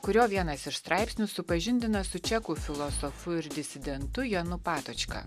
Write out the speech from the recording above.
kurio vienas iš straipsnių supažindina su čekų filosofu ir disidentu jonu patočka